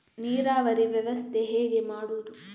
ನೀರಾವರಿ ವ್ಯವಸ್ಥೆ ಹೇಗೆ ಮಾಡುವುದು?